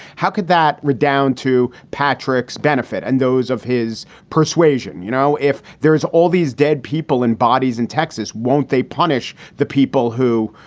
how could that redound to patrick's benefit and those of his persuasion? you know, if there is all these dead people and bodies in texas, won't they punish the people who,